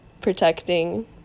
protecting